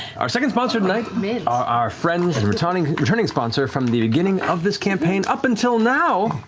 our second sponsor tonight are our friends and returning returning sponsor from the beginning of this campaign up until now,